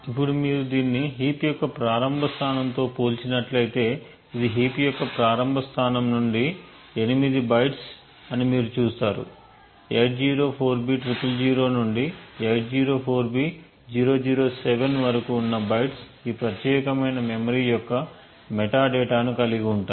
ఇప్పుడు మీరు దీన్ని హీప్ యొక్క ప్రారంభ స్థానంతో పోల్చి నట్లయితే ఇది హీప్ యొక్క ప్రారంభ స్థానం నుండి 8 బైట్స్ అని మీరు చూస్తారు 804b000 నుండి 804b007 వరకు ఉన్న బైట్స్ ఈ ప్రత్యేకమైన మెమరీ యొక్క మెటాడేటా ను కలిగి ఉంటాయి